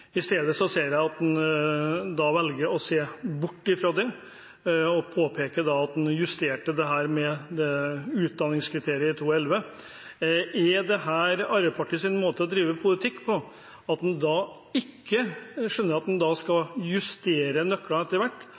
I stedet ser jeg at en velger å se bort fra det og påpeker at en justerte utdanningskriteriet i 2011. Er dette Arbeiderpartiets måte å drive politikk på, at en ikke skjønner at en skal justere nøklene etter hvert,